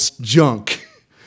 junk